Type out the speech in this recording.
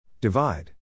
Divide